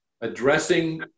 addressing